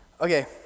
Okay